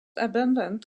abundant